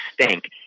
stink